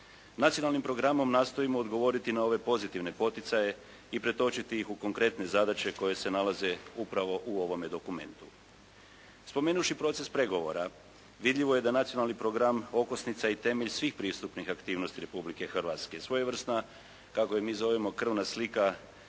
Nacionalnim programom nastojimo odgovoriti na ove pozitivne poticaje i pretočiti ih u konkretne zadaće koje se nalaze upravo u ovome dokumentu. Spomenuvši proces pregovora vidljivo je da je nacionalni program okosnica i temelj svih pristupnih aktivnosti Republike Hrvatske, svojevrsna kako je mi zovemo krvna slika